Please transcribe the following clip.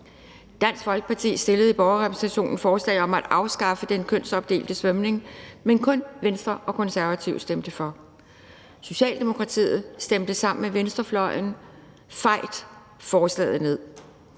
Dansk Folkeparti stillede i Borgerrepræsentationen forslag om at afskaffe den kønsopdelte svømning, men kun Venstre og Konservative stemte for. Socialdemokratiet stemte sammen med venstrefløjen fejt forslaget ned.